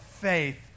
faith